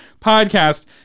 podcast